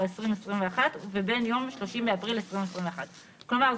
2021 ובין יום 30 באפריל 2021. כלומר,